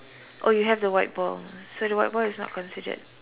oh you have the white ball so the white ball is not considered